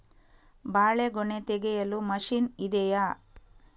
ಬಾಳೆಗೊನೆ ತೆಗೆಯಲು ಮಷೀನ್ ಇದೆಯಾ?